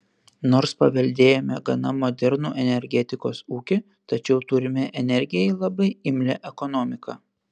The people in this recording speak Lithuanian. nors paveldėjome gana modernų energetikos ūkį tačiau turime energijai labai imlią ekonomiką